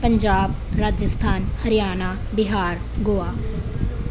Punjab Rajasthan Haryana Bihar Goa